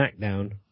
SmackDown